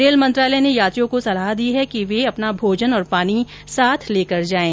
rail मंत्रालय ने यात्रियों को सलाह दी है वे अपना भोजन और पानी साथ लेकर जाएं